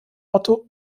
otto